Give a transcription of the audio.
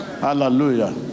hallelujah